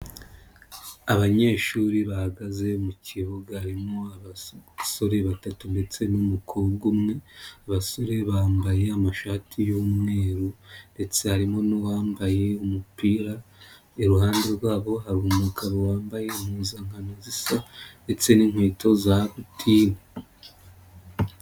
Abanyeshuri bahagaze mu kibuga harimo abasore batatu ndetse n'umukobwa umwe, abasore bambaye amashati y'umweru ndetse harimo n'uwambaye umupira, iruhande rwabo hari umugabo wambaye impuzankano zisa ndetse n'inkweto za butine.